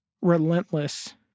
relentless